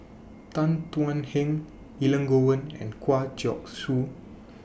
Tan Thuan Heng Elangovan and Kwa Geok Choo